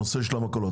נושא המכולות.